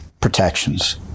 Protections